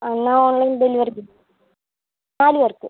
ആ എന്നാൽ online delivery നാല് പേർക്ക്